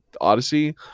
Odyssey